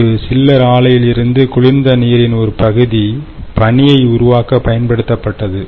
ஒரு சில்லர் ஆலையிலிருந்து குளிர்ந்த நீரின் ஒரு பகுதி பனியை உருவாக்க பயன்படுத்தப்பட்டது